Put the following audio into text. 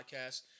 podcast